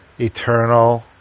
eternal